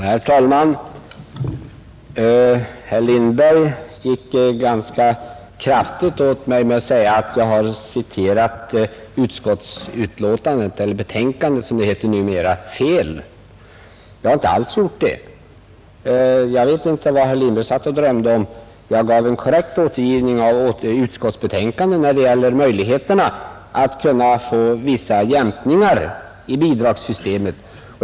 Herr talman! Herr Lindberg gick ganska kraftigt åt mig och sade att jag hade citerat utskottsbetänkandet fel. Det har jag inte alls gjort. Jag vet inte vad herr Lindberg satt och drömde om — jag återgav korrekt vad som står i utskottsbetänkandet om möjligheterna att få vissa jämkningar i bidragssystemet.